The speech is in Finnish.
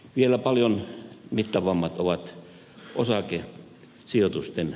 vielä paljon mittavammat ovat osakesijoitusten riskit